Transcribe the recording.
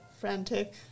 frantic